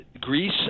Greece